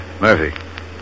Murphy